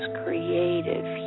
creative